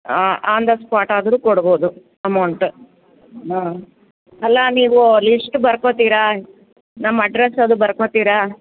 ಹಾಂ on the spot ಆದರು ಕೊಡ್ಬೌದು ಅಮೌಂಟ್ ಹಾಂ ಅಲ್ಲ ನೀವು ಲೀಸ್ಟ್ ಬರ್ಕೋತಿರಾ ನಮ್ಮ ಅಡ್ರಸ್ ಅದು ಬರ್ಕೋತಿರಾ